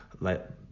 let